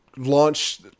launch